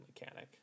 mechanic